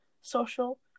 social